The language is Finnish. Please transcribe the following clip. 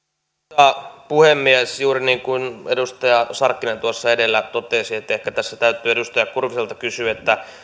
arvoisa puhemies juuri niin kuin edustaja sarkkinen edellä totesi ehkä tässä täytyy edustaja kurviselta kysyä